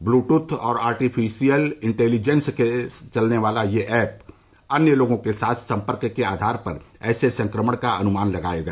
Bluetooth और artificial intelligence से चलने वाला यह ऐप अन्य लोगों के साथ संपर्क के आधार पर ऐसे संक्रमण का अनुमान लगायेगा